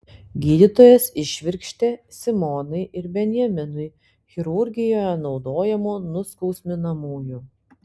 gydytojas įšvirkštė simonai ir benjaminui chirurgijoje naudojamų nuskausminamųjų